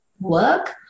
work